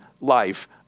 life